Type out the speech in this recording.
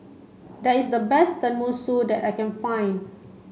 that is the best Tenmusu that I can find